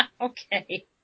Okay